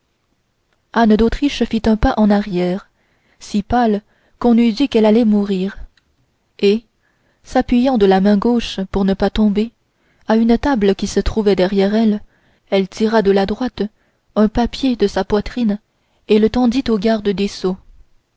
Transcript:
anne d'autriche fit un pas en arrière si pâle qu'on eût dit qu'elle allait mourir et s'appuyant de la main gauche pour ne pas tomber à une table qui se trouvait derrière elle elle tira de la droite un papier de sa poitrine et le tendit au garde des sceaux